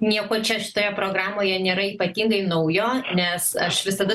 nieko čia šitoje programoje nėra ypatingai naujo nes aš visada